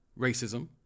racism